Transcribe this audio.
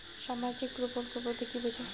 সামাজিক প্রকল্প বলতে কি বোঝায়?